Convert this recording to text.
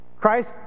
Christ